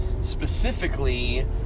Specifically